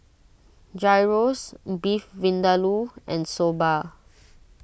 Gyros Beef Vindaloo and Soba